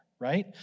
Right